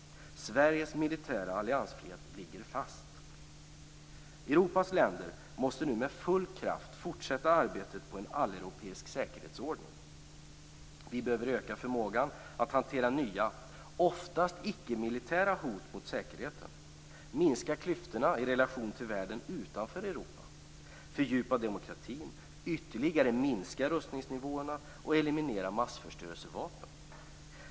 Sveriges militära alliansfrihet ligger fast. Europas länder måste nu med full kraft fortsätta arbetet på en alleuropeisk säkerhetsordning. Vi behöver öka förmågan att hantera nya, oftast icke-militära hot mot säkerheten, minska klyftorna i relation till världen utanför Europa, fördjupa demokratin, ytterligare minska rustningsnivåerna och eliminera massförstörelsevapen.